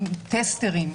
טסטרים.